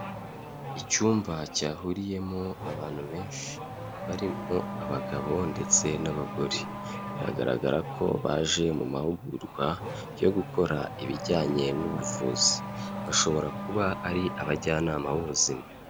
Icyumba cyahuriyemo abantu benshi barimo abagabo ndetse n'abagore biragaragara ko baje mu mahugurwa yo gukora ibijyanye n'ubuvuzi. Bashobora kuba ari abajyanama b'ubuzima.